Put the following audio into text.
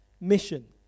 mission